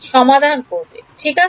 সমাধান করবে ঠিক আছে